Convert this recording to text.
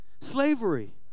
Slavery